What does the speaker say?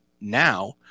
now